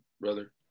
brother